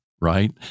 right